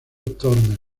tormes